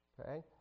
Okay